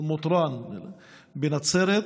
אל-מוטראן, בנצרת,